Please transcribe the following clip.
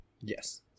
Yes